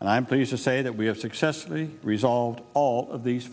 and i'm pleased to say that we have successfully resolved all of these